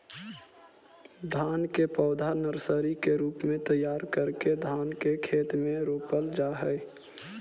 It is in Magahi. धान के पौधा नर्सरी के रूप में तैयार करके धान के खेत में रोपल जा हइ